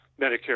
Medicare